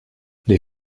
les